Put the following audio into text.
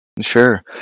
Sure